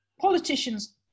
politicians